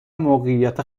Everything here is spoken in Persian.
موقعیت